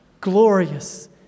glorious